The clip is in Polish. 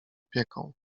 opieką